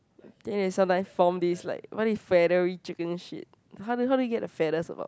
then it sometime form this like what if feathery chicken shit how do how do you get the feathers about